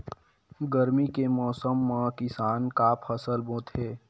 गरमी के मौसम मा किसान का फसल बोथे?